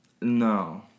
No